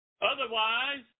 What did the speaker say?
Otherwise